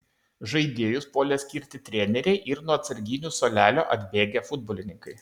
žaidėjus puolė skirti treneriai ir nuo atsarginių suolelio atbėgę futbolininkai